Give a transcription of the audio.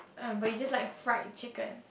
um but you just like fried chicken